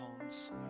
homes